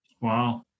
Wow